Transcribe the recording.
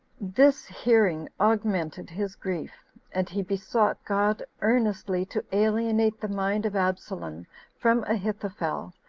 this hearing augmented his grief and he besought god earnestly to alienate the mind of absalom from ahithophel,